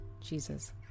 Jesus